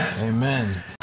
Amen